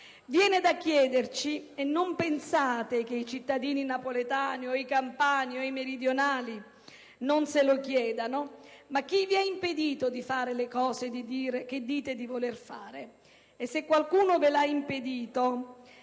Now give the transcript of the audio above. Viene da chiederci - e non pensate che i cittadini napoletani o i campani o i meridionali non se lo chiedano - chi vi ha impedito di fare le cose che dite di voler fare. Se qualcuno ve l'ha impedito